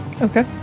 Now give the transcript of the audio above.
Okay